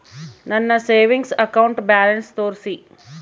ನನ್ನ savings account balance ತೋರಿಸಿ?